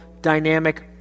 dynamic